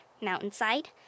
mountainside